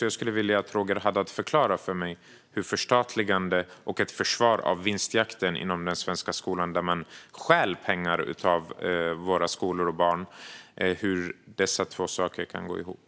Jag skulle vilja att Roger Haddad förklarar för mig hur ett förstatligande och ett försvar av vinstjakten i den svenska skolan, som innebär att man stjäl pengar från våra skolor och barn, kan gå ihop.